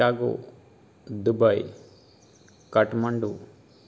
Chicago Dubai Kathmandu